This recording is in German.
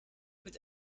mit